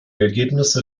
ergebnisse